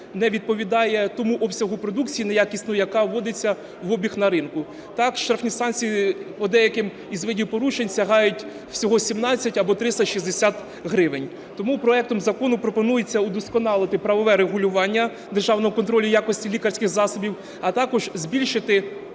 не відповідає тому обсягу продукції неякісної, яка вводиться в обіг на ринку. Так штрафні санкції по деяким із видів порушень сягають всього 17 або 360 гривень. Тому проектом Закону пропонується вдосконалити правове регулювання державного контролю якості лікарських засобів, а також збільшити